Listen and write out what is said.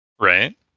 right